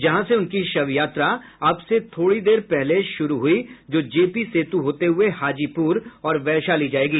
जहां से उनकी शव यात्रा अब से थोड़ी देर पहले शुरू हुई जो जेपी सेतु होते हुये हाजीपुर और वैशाली जायेगी